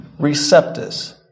Receptus